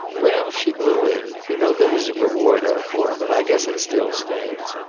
well, she blew in. you know there was a reward out for him, and i guess it still stands.